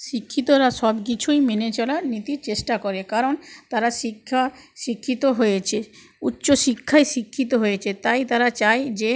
শিক্ষিতরা সবকিছুই মেনে চলার নীতি চেষ্টা করে কারণ তারা শিক্ষা শিক্ষিত হয়েছে উচ্চ শিক্ষায় শিক্ষিত হয়েছে তাই তারা চায় যে